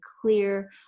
clear